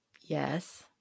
Yes